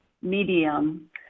medium